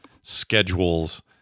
schedules